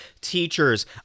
teachers